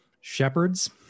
shepherds